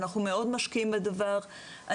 מאוד משקיעים בדבר.